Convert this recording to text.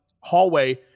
hallway